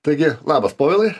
taigi labas povilai